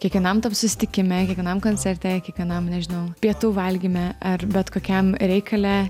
kiekvienam tam susitikime kiekvienam koncerte kiekvienam nežinau pietų valgyme ar bet kokiam reikale